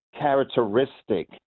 characteristic